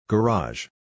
Garage